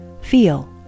Feel